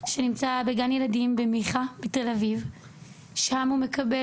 שנמצא בגן ילדים במיכה בתל אביב שם הוא מקבל